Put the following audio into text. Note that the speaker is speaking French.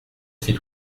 fit